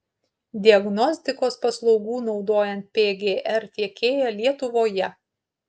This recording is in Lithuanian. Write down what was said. diagnostikos paslaugų naudojant pgr tiekėja lietuvoje